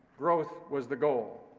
growth was the goal.